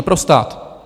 Pro stát.